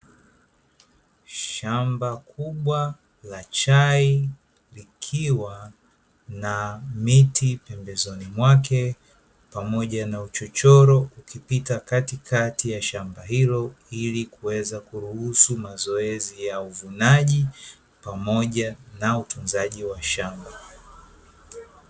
Shamba kubwa la chai likiwa na miti pembezoni mwake pamoja na uchochoro ukipita katikati ya shamba hilo, ilikuweza kuruhusu mazoezi ya uvunaji pamoja na utunzaji wa shamba.